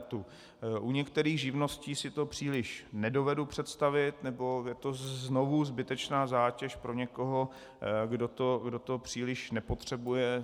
U některých živností si to příliš nedovedu představit, nebo je to znovu zbytečná zátěž pro někoho, kdo to příliš nepotřebuje.